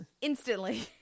Instantly